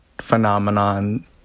phenomenon